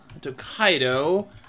Tokaido